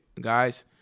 guys